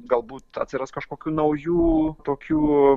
galbūt atsiras kažkokių naujų tokių